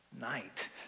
night